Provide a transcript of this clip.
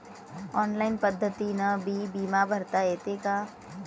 Online पद्धतीनं बी बिमा भरता येते का?